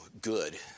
good